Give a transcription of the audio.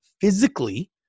physically